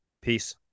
peace